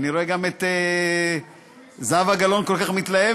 אני רואה גם את זהבה גלאון כל כך מתלהבת,